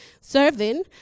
Serving